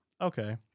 Okay